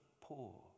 poor